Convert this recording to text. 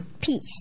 Peace